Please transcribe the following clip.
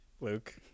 Luke